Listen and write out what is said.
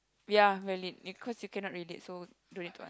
ya relate because you cannot relate so no need to an~